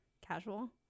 casual